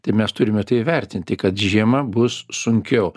tai mes turime tai įvertinti kad žiemą bus sunkiau